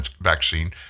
vaccine